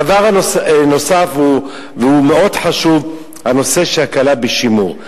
דבר נוסף מאוד חשוב, הנושא של הקלה בשימור.